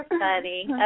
funny